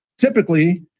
typically